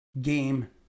game